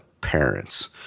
parents